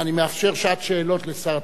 אני מאפשר שעת שאלות לשר התחבורה.